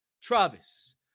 Travis